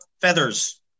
feathers